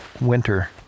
winter